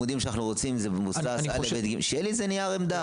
שיהיה לי איזה נייר עמדה,